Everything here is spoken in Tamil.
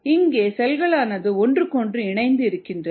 இங்கே செல்களானது ஒன்றுக்கொன்று இணைந்து இருக்கின்றன